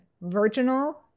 virginal